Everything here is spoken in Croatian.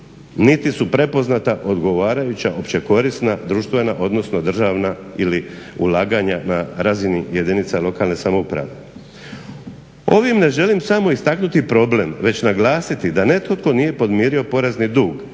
niti su prepoznata odgovarajuća općekorisna društvena, odnosno državna ili ulaganja na razini jedinica lokalne samouprave. Ovime ne želim samo istaknuti problem već naglasiti da netko tko nije podmirio porezni dug,